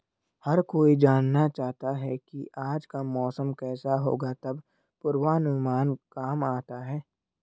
हर कोई जानना चाहता है की आज का मौसम केसा होगा तब पूर्वानुमान काम आता है